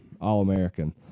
All-American